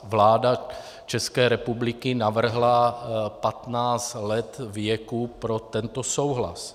Vláda České republiky navrhla 15 let věku pro tento souhlas.